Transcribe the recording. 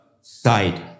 side